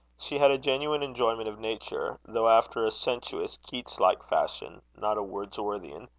she had a genuine enjoyment of nature, though after sensuous, keats-like fashion, not a wordsworthian.